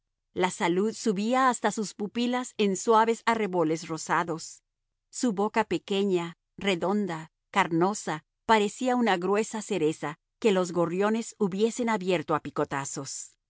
la salud subía hasta sus pupilas en suaves arreboles rosados su boca pequeña redonda carnosa parecía una gruesa cereza que los gorriones hubiesen abierto a picotazos